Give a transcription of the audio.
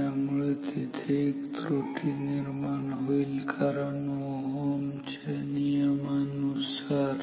त्यामुळे तिथे एक त्रुटी तयार होईल कारण Ω च्या नियमानुसार